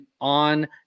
on